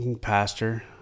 Pastor